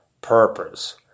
purpose